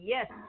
Yes